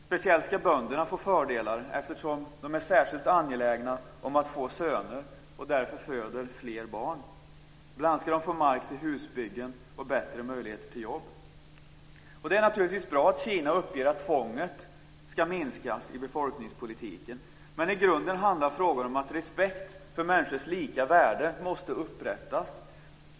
Speciellt ska bönderna få fördelar, eftersom de är särskilt angelägna om att få söner och därför föder fler barn. Bl.a. ska de få mark till husbyggen och bättre möjligheter till jobb. Det är naturligtvis bra att Kina uppger att tvånget i befolkningspolitiken ska minskas, men i grunden handlar frågan om att respekt för människors lika värde måste upprättas.